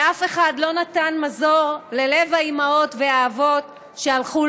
ואף אחד לא נתן מזור ללב האימהות והאבות שהלכו